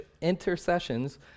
intercessions